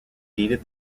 deeded